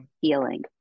healing